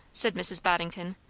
said mrs. boddington.